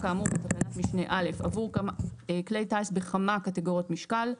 "כאמור בתקנת משנה (א) עבור כלי טיס בכמה קטגוריות משקל,